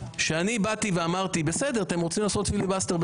אני באתי ואמרתי: אתם רוצים לעשות פיליבסטר,